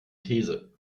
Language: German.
these